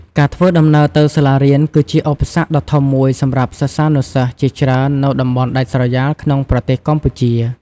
ការធ្វើដំណើរទៅសាលារៀនគឺជាឧបសគ្គដ៏ធំមួយសម្រាប់សិស្សានុសិស្សជាច្រើននៅតំបន់ដាច់ស្រយាលក្នុងប្រទេសកម្ពុជា។